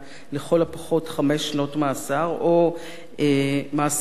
לכל הפחות חמש שנות מאסר או מאסר עולם,